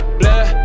blood